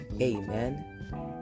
Amen